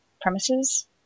Premises